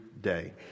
day